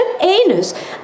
anus